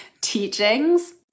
teachings